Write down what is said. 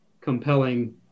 compelling